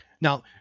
Now